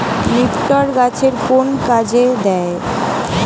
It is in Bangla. নিপটর গাছের কোন কাজে দেয়?